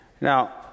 Now